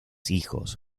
hijos